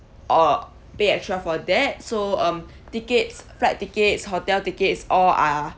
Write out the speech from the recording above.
or pay extra for that so um tickets flight tickets hotel tickets all are